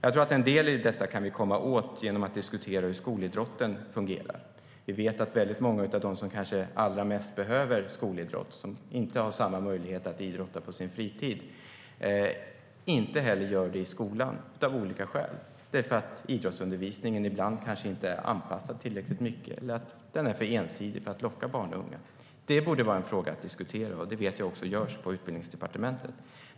Jag tror att vi kan komma åt en del av detta genom att diskutera hur skolidrotten fungerar. Vi vet att väldigt många av dem som kanske allra mest behöver skolidrott, och som inte har samma möjligheter att idrotta på sin fritid, av olika skäl inte heller idrottar i skolan. Det beror kanske på att idrottsundervisningen ibland kanske inte är anpassad tillräckligt mycket eller att den är för ensidig för att locka barn och unga. Det borde vara en fråga att diskutera. Det vet jag också görs på Utbildningsdepartementet.